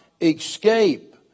escape